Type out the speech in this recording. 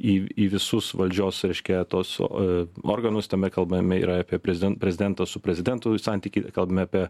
į į visus valdžios reiškia tos o morganus tame kalbame yra apie prezident prezidento su prezidentu santykį kalbame apie